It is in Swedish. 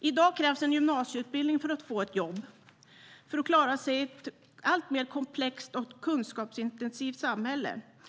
I dag krävs en gymnasieutbildning för att få ett jobb och för att klara sig i ett alltmer komplext och kunskapsintensivt samhälle.